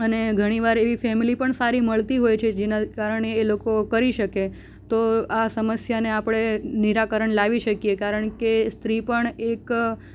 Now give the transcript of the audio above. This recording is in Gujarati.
અને ઘણી વાર એવી ફેમિલી પણ સારી મળતી હોય છે જેના કારણે એ લોકો કરી શકે તો આ સમસ્યાને આપણે નિરાકરણ લાવી શકીએ કારણ કે સ્ત્રી પણ એક